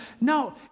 No